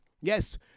Yes